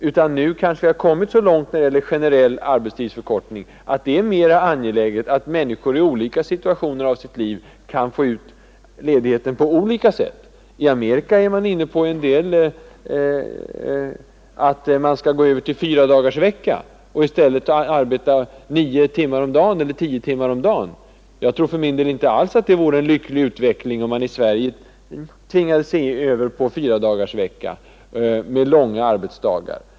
Vi har kanske nu kommit så långt med den generella arbetstidsförkortningen att det är mera angeläget att människor i olika skeden av sitt liv får möjlighet att ta ut ledigheten på olika sätt. I Amerika är man sålunda inne på tanken att gå över till fyradagarsvecka och i stället arbeta nio eller tio timmar om dagen. För min del tror jag inte alls att det vore en lycklig utveckling, om vi här i Sverige gick över till fyradagarsvecka med långa arbetsdagar.